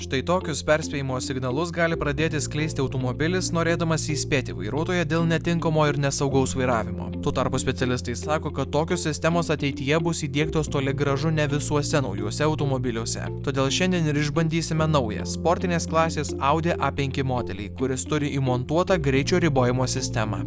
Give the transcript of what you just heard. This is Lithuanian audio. štai tokius perspėjimo signalus gali pradėti skleisti automobilis norėdamas įspėti vairuotoją dėl netinkamo ir nesaugaus vairavimo tuo tarpu specialistai sako kad tokios sistemos ateityje bus įdiegtos toli gražu ne visuose naujuose automobiliuose todėl šiandien ir išbandysime naują sportinės klasės audi a penki modelį kuris turi įmontuotą greičio ribojimo sistemą